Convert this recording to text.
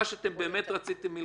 מה שרציתם מלכתחילה.